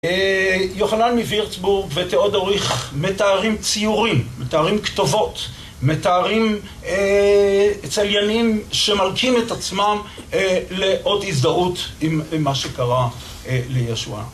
יוחנן מווירצבורג ותיאודוריך מתארים ציורים, מתארים כתובות, מתארים צליינים שמלקים את עצמם לאות הזדהות עם מה שקרה לישוע.